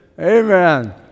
Amen